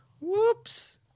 whoops